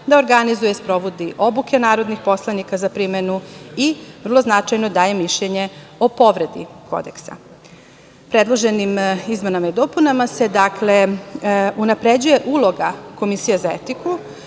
da organizuje i sprovodi obuke narodnih poslanika za primenu i vrlo značajno, daje mišljenje o povredi Kodeksa. Predloženim izmenama i dopunama se, dakle, unapređuje uloga komisije za etiku,